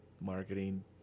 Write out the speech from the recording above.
marketing